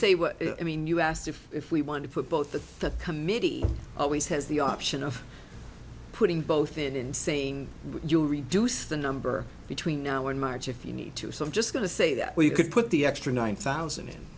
say what i mean you asked if if we want to put both of the committee always has the option of putting both it in saying would you reduce the number between now and march if you need to some just going to say that you could put the extra nine thousand